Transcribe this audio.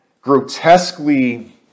grotesquely